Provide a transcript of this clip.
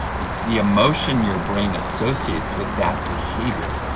it's the emotion your brain associates with that behaviour.